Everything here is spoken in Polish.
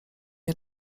nie